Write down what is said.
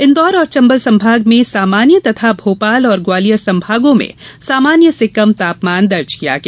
इंदौर और चम्बल संभाग में सामान्य तथा भोपाल और ग्वालियर संभागों में सामान्य से कम तापमान दर्ज किया गया